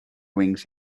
wings